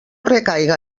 recaiga